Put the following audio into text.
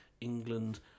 England